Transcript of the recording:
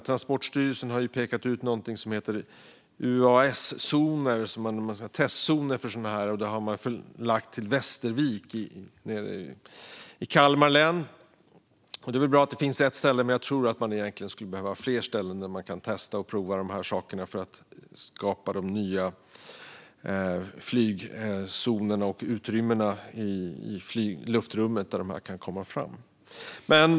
Transportstyrelsen har pekat ut något som heter UAS-zoner, som är testzoner som har förlagts till Västervik i Kalmar län. Det är bra att det finns ett ställe, men jag tror att man egentligen skulle behöva fler ställen där man kan testa och prova dessa saker för att skapa nya flygzoner och utrymmen i luftrummet där de kan komma fram.